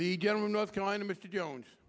the general in north carolina mr jones